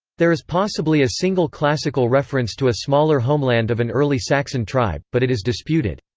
there is possibly a single classical reference to a smaller homeland of an early saxon tribe, but it is disputed.